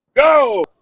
go